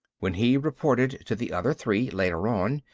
when he reported to the other three, later on,